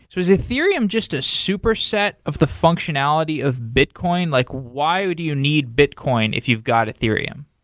so is ethereum just a superset of the functionality of bitcoin? like why would you need bitcoin if you've got ethereum?